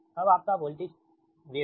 अब आपका वोल्टेज तरंगें है